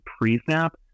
pre-snap